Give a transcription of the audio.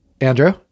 Andrew